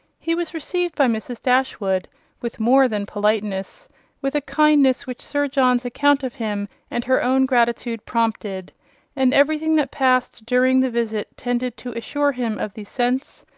he was received by mrs. dashwood with more than politeness with a kindness which sir john's account of him and her own gratitude prompted and every thing that passed during the visit tended to assure him of the sense,